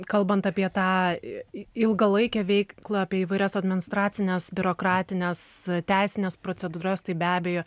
kalbant apie tą ilgalaikę veiklą apie įvairias administracines biurokratines teisines procedūras tai be abejo